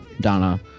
Donna